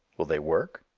will they work,